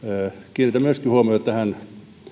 kiinnitän myöskin huomiota tähän entisten